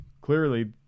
clearly